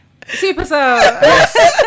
Superstar